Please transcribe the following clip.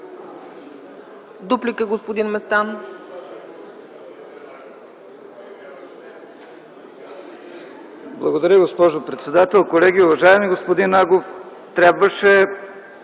Дуплика, господин Местан.